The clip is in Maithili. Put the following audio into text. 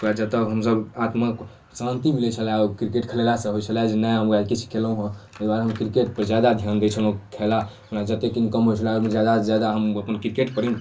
जतऽ हमसभ आत्माके शान्ति मिलै छलै ओ किरकेट खेलेलासँ होइ छलै नहि हम आइ किछु केलहुँ हेँ तेँ हम किरकेटपर जादा धिआन दै छलहुँ खेला हमरा जतेक इन्कम होइ छलै ओहिमे जादासँ जादा हम अपन किरकेटपर ही